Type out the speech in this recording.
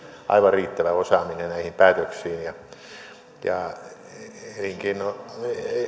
aivan riittävä osaaminen näihin päätöksiin elinkeino